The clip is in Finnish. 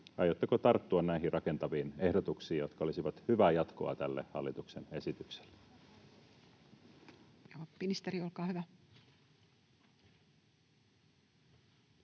aiotteko tarttua näihin rakentaviin ehdotuksiin, jotka olisivat hyvää jatkoa tälle hallituksen esitykselle?